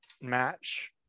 match